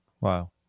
wow